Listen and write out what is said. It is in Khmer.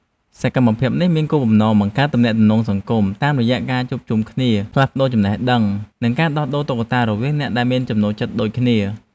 សកម្មភាពនេះមានគោលបំណងបង្កើតទំនាក់ទំនងសង្គម តាមរយៈការជួបជុំគ្នាផ្លាស់ប្តូរចំណេះដឹង និងការដោះដូរតុក្កតារវាងអ្នកដែលមានចំណូលចិត្តដូចគ្នា។